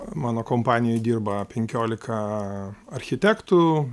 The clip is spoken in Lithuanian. mano kompanijoj dirba penkiolika architektų